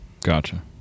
gotcha